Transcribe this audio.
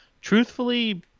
Truthfully